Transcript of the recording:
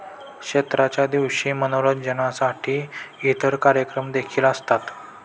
क्षेत्राच्या दिवशी मनोरंजनासाठी इतर कार्यक्रम देखील असतात